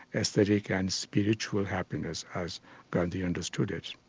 aesthetic and spiritual happiness as gandhi understood it.